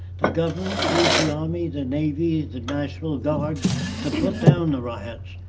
the government will use the army, the navy the national guard to put down the riots.